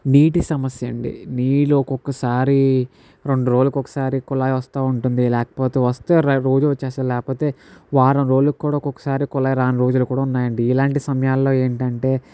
నీటి సమస్య అండి నీళ్ళు ఒక్కొక్కసారి రెండు రోజులకు ఒకసారి కులాయి వస్తూ ఉంటుంది లేకపోతే వస్తే రోజు వచ్చేస్తుంది లేకపోతే వారం రోజులు కూడా ఒకొక్కసారి కులాయి రాని రోజులు కూడా ఉన్నాయండి ఇలాంటి సమయాల్లో ఏంటంటే